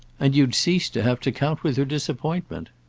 and you'd cease to have to count with her disappointment.